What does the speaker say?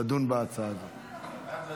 --- ועדת